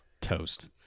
toast